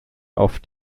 auf